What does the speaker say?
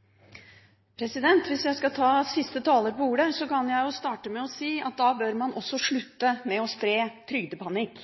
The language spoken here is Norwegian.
uføre. Hvis jeg skal ta siste taler på ordet, kan jeg starte med å si at da bør man også slutte med å spre trygdepanikk.